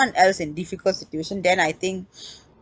else in difficult situation then I think